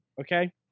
okay